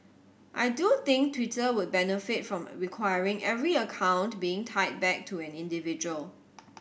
I do think Twitter would benefit from requiring every account being tied back to an individual